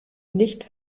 nicht